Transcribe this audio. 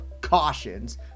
cautions